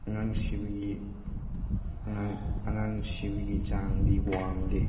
ꯑꯉꯥꯡ ꯁꯤꯕꯒꯤ ꯑꯉꯥꯡ ꯑꯉꯥꯡ ꯁꯤꯕꯒꯤ ꯆꯥꯡꯗꯤ ꯋꯥꯡꯗꯦ